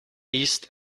east